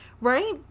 right